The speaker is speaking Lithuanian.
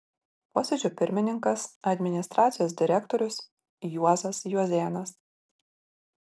posėdžio pirmininkas administracijos direktorius juozas juozėnas